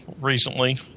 recently